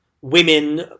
women